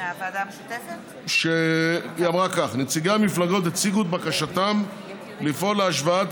היא אמרה כך: נציגי המפלגות הציגו את בקשתם לפעול להשוואת